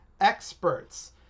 experts